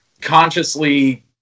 consciously